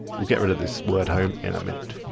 we'll get rid of this word home in a minute.